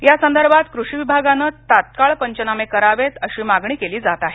या संदर्भात कृषी विभागानं तात्काळ पंचनामे करावेत अशी मागणी केली जात आहे